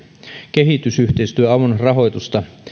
kehitysyhteistyöavun rahoitusta